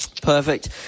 Perfect